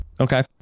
Okay